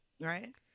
Right